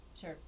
Sure